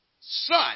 son